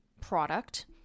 product